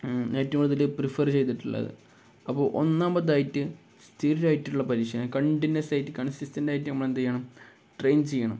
ഏറ്റവും കൂടുതല് പ്രിഫർ ചെയ്തിട്ടുള്ളത് അപ്പോള് ഒന്നാമതായിട്ട് സ്ഥിരമായിട്ടുള്ള പരിശീലനം കണ്ടിന്യുയസ് ആയിട്ട് കൺസിസ്റ്റൻറായിട്ട് നമ്മളെന്തുചെയ്യണം ട്രെയിൻ ചെയ്യണം